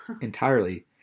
Entirely